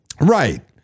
Right